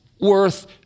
worth